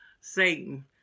Satan